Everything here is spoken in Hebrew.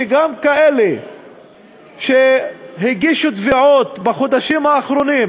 שגם כאלה שהגישו תביעות בחודשים האחרונים,